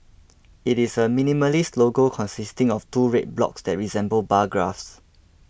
it is a minimalist logo consisting of two red blocks that resemble bar graphs